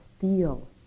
feel